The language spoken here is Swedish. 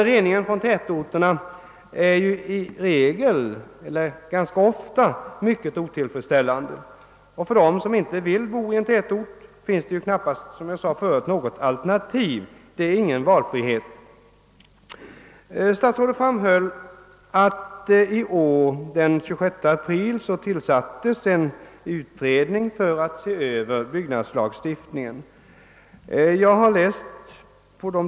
Reningsanläggningarna i tätorterna är dock många gånger ganska otillfredsställande. För dem som inte vill bo i en tätort finns det emellertid knappast, såsom jag tidigare framhöll, något alternativ. Det råder med andra ord inte någon valfrihet. Statsrådet framhåller att det i år den 26 april tillsatts en utredning för att se över byggnadslagstiftningen.